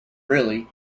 really